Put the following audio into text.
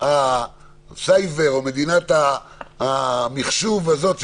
הסייבר או המחשוב הזאת,